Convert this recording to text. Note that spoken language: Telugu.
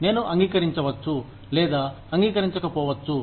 నేను అంగీకరించవచ్చు లేదా అంగీకరించకపోవచ్చు